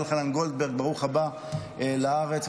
יוחנן גולדברג: ברוך הבא לארץ,